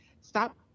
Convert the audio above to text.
stop